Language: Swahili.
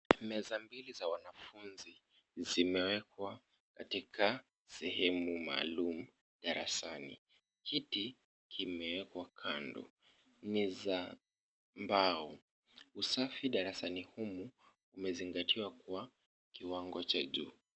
Meza mbili za wanafunzi zimewekwa katika sehemu maalum, darasani. Kiti kimewekwa kando, ni za mbao. Usafi darasani huku umezingatiwa kwa kiwango cha juu.